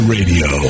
Radio